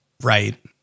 Right